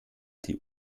die